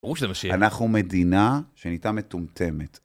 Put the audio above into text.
אנחנו מדינה שנהייתה מטומטמת.